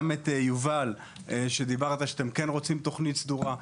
ויובל גם דיבר על כך שהם כן רוצים תוכנית סדורה.